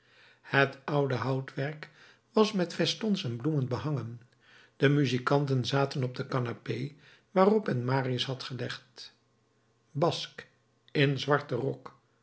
het oude houtwerk was met festons en bloemen behangen de muzikanten zaten op de canapé waarop men marius had gelegd basque in zwarten rok